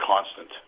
constant